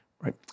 Right